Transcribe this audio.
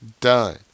Done